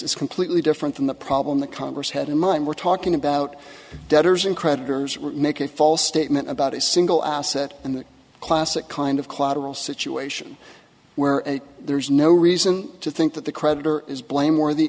is completely different than the problem that congress had in mind we're talking about debtors and creditors make a false statement about a single asset and the classic kind of collateral situation where there is no reason to think that the creditor is blameworth